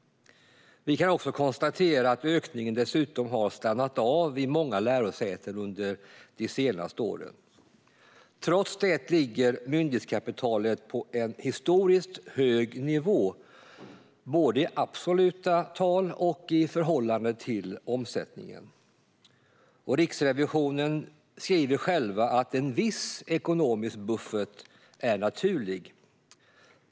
Vi kan också konstatera att ökningen dessutom har stannat av vid många lärosäten under de senaste åren. Trots det ligger myndighetskapitalet på en historiskt hög nivå, både i absoluta tal och i förhållande till omsättningen. Riksrevisionen skriver själv att en viss ekonomisk buffert är naturlig.